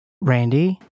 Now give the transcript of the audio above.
Randy